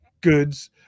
goods